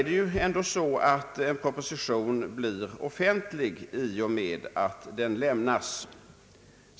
En proposition blir offentlig i och med att den lämnas.